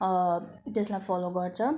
त्यसलाई फलो गर्छ